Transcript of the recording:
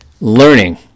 learning